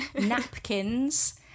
napkins